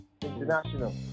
International